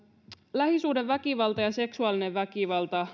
lähisuhdeväkivalta ja seksuaalinen väkivalta